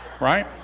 right